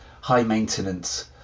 high-maintenance